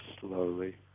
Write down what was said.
slowly